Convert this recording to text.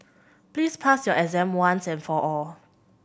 please pass your exam once and for all